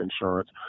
insurance